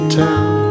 town